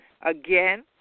again